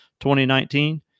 2019